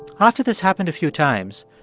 after this happened a few times,